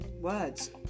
words